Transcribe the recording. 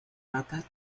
roca